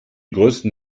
größten